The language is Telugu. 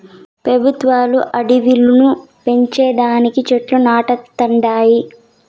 పెబుత్వాలు అడివిలు పెంచే దానికి చెట్లు నాటతండాయి